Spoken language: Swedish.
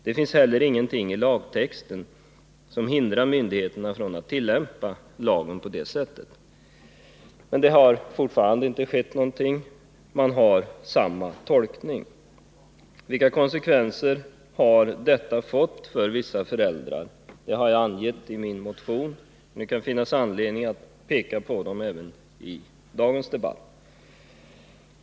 Det finns heller ingenting i lagtexten som hindrar myndigheterna från att tillämpa lagen på det sättet.” Fortfarande har det emellertid inte skett någonting. Man har samma tolkning. I min motion har jag angett vilka konsekvenser detta kan få för vissa föräldrar, men det kan finnas anledning att peka på konsekvenserna även i dagens debatt.